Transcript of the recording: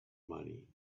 money